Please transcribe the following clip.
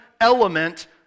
element